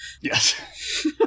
Yes